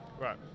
Right